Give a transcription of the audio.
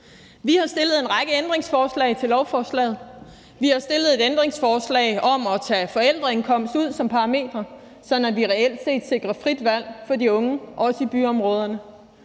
Vi har stillet en række ændringsforslag til lovforslaget. Vi har stillet et ændringsforslag om at tage forældreindkomst ud som parameter, sådan at vi reelt set sikrer frit valg for de unge, også i byområderne.